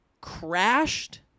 crashed